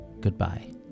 Goodbye